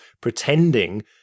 pretending